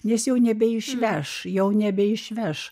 nes jo nebeišpeš jau nebeišveš